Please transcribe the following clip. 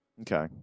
Okay